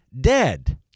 dead